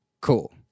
Cool